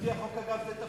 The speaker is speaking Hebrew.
שעל-פי החוק אלה תפקידיה.